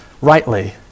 rightly